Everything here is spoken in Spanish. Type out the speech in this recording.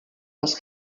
los